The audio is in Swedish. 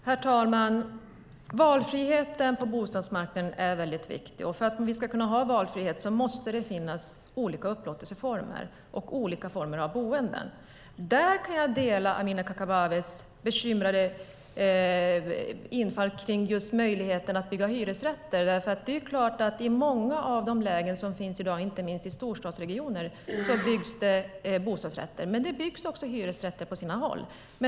Herr talman! Valfriheten på bostadsmarknaden är väldigt viktig, och för att vi ska kunna ha valfrihet måste det finnas olika upplåtelseformer och olika former av boenden. Där kan jag dela Amineh Kakabavehs bekymmer kring just möjligheten att bygga hyresrätter. I många lägen i inte minst storstadsregioner byggs det bostadsrätter. Men det byggs också hyresrätter på sina håll.